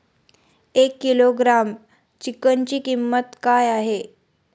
एक किलोग्रॅम चिकनची किंमत काय आहे?